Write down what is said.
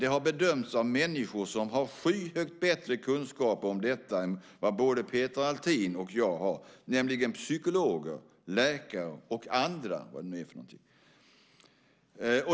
Det har bedömts av människor som har skyhögt bättre kunskap om detta än vad både Peter Althin och jag har, nämligen psykologer, läkare och andra.